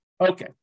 Okay